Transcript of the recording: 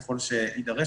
ככל שיידרש,